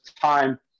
time